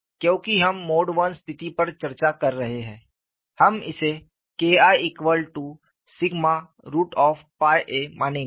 क्योंकि हम mode I स्थिति पर चर्चा कर रहे हैं हम इसे KIa मानेंगे